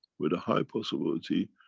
with a high possibility,